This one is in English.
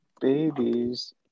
babies